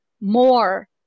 more